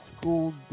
school